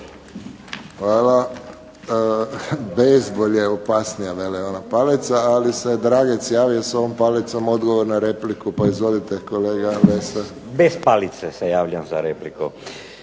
Hvala. Bejzbol je opasnija vele valjda palica, ali se Dragec javio s ovom palicom odgovor na repliku pa izvolite kolega Lesar. **Lesar, Dragutin